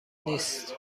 نیست